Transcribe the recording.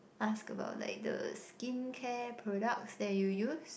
ask about like the skincare products that you use